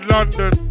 London